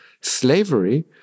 slavery